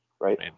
right